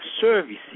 services